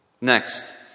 Next